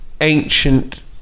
ancient